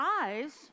eyes